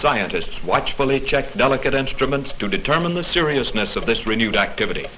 scientists watchfully check delicate instruments to determine the seriousness of this renewed activity